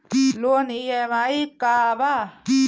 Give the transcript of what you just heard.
Loan EMI का बा?